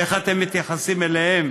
איך אתם מתייחסים אליהם?